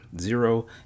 zero